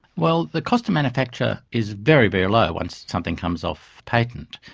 well, the cost of manufacture is very, very low once something comes off patent,